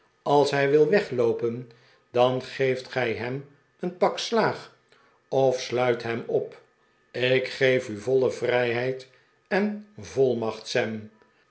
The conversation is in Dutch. als hij wil wegloopen dan geeft gij hem een pak slaag of sluit hem op ik geef u voile vrijheid en volmacht sam